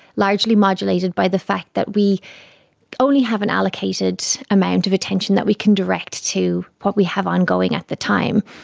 largely modulated by the fact that we only have an allocated amount of attention that we can direct to what we have ongoing at the time.